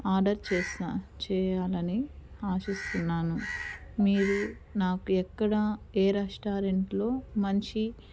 order చేస్తా చేయాలని ఆశిస్తున్నాను మీరు నాకు ఎక్కడా ఏ రెస్టారెంట్లో మంచి